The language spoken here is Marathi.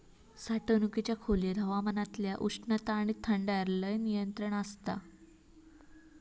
साठवणुकीच्या खोलयेत हवामानातल्या उष्णता आणि थंडायर लय नियंत्रण आसता